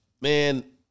man